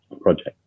project